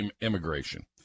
immigration